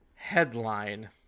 Headline